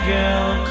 girl